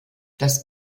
das